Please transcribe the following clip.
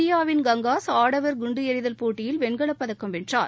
இந்தியாவின் கங்காஸ் ஆடவர் குண்டுஎநிதல் போட்டியில் வெண்கலப்பதக்கம் வென்றார்